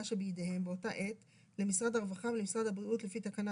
שבידיהם באותה עת למשרד הרווחה ולמשרד הבריאות לפי תקנה